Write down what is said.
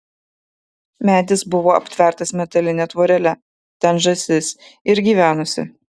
medis buvo aptvertas metaline tvorele ten žąsis ir gyvenusi